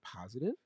positive